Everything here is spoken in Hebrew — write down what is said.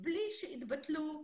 בלי שהתבטלו הקודמות.